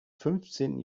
fünfzehnten